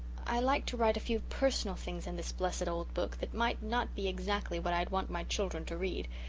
i like to write a few personal things in this blessed old book that might not be exactly what i'd want my children to read.